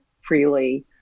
freely